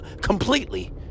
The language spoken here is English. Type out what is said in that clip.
Completely